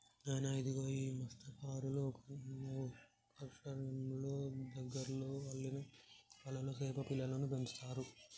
నాయన ఇగో గీ మస్త్యకారులు ఒక నౌకశ్రయంలో దగ్గరలో అల్లిన వలలో సేప పిల్లలను పెంచుతారు